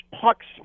pucks